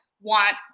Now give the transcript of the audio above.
want